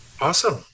Awesome